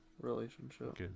relationship